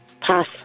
Pass